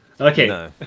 Okay